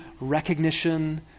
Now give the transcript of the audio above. recognition